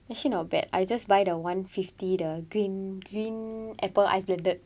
actually not bad I just buy the one fifty the green green apple ice blended